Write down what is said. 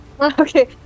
Okay